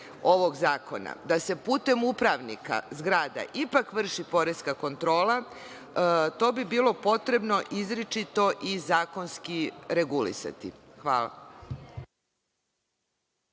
ovog zakona da se putem upravnika zgrada ipak vrši poreska kontrola, to bi bilo potrebno izričito i zakonski regulisati. Hvala.